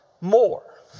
more